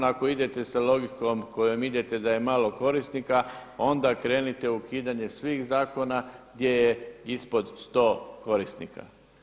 Ako idete sa logikom kojom idete da je malo korisnika onda krenite ukidanje svih zakona gdje je ispod 100 korisnika.